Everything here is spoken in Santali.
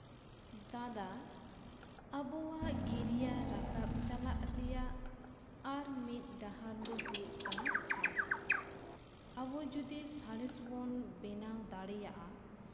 ᱫᱟᱫᱟ ᱟᱵᱚᱣᱟᱜ ᱠᱮᱨᱤᱭᱟᱨ ᱨᱟᱠᱟᱵᱽ ᱪᱟᱞᱟᱜ ᱨᱮᱭᱟᱜ ᱟᱨ ᱢᱤᱫ ᱰᱟᱦᱟᱨ ᱫᱚ ᱦᱩᱭᱩᱜ ᱠᱟᱱᱟ ᱥᱟᱬᱮᱥ ᱟᱵᱚ ᱡᱚᱫᱤ ᱥᱟᱬᱮᱥ ᱵᱚᱱ ᱵᱮᱱᱟᱣ ᱫᱟᱲᱮᱭᱟᱜᱼᱟ